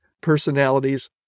personalities